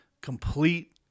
complete